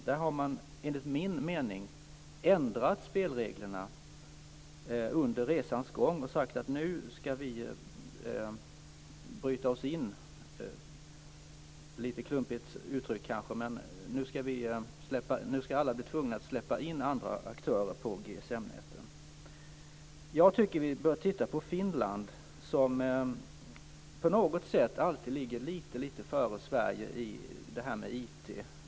Där har man enligt min mening ändrat spelreglerna under resans gång och sagt att alla ska bli tvungna att släppa in andra aktörer på GSM-näten. Jag tycker att vi bör titta på Finland, som på något sätt alltid ligger lite före Sverige när det gäller IT.